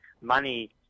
money